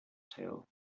tail